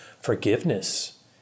forgiveness